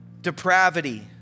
depravity